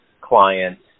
clients